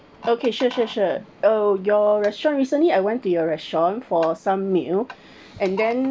okay sure sure sure oh your restaurant recently I went to your restaurant for some meal and then